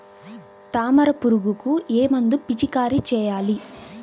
తామర పురుగుకు ఏ మందు పిచికారీ చేయాలి?